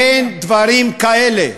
אין דברים כאלה,